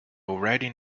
already